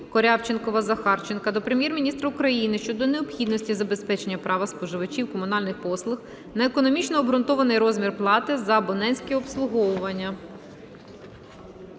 Корявченкова, Захарченка) до Прем'єр-міністра України щодо необхідності забезпечення права споживачів комунальних послуг на економічно обґрунтований розмір плати за абонентське обслуговування.